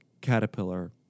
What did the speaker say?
Caterpillar